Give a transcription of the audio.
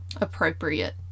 appropriate